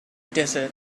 desert